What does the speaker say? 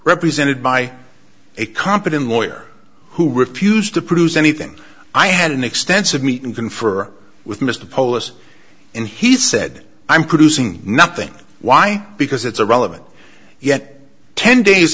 represented by a competent lawyer who refused to produce anything i had an extensive meet and confer with mr polis and he said i'm producing nothing why because it's irrelevant yet ten days